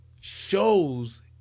shows